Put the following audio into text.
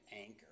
anchor